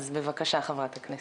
אז בבקשה חברת הכנסת.